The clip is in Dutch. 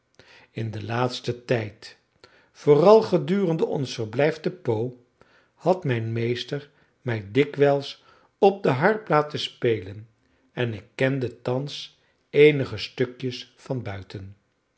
in den laatsten tijd vooral gedurende ons verblijf te pau had mijn meester mij dikwijls op de harp laten spelen en ik kende thans eenige stukjes van buiten